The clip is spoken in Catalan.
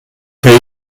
que